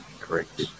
Correct